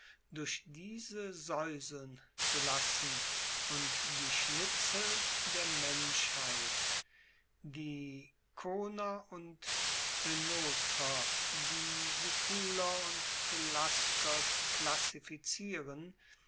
durch diese saeuseln zu lassen und die schnitzel der menschheit die choner und oenotrer die siculer und pelasger zu klassifizieren